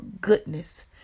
goodness